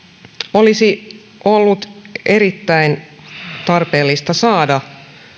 olisi ollut erittäin tarpeellista saada